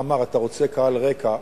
אמר: אתה רוצה קהל רקע.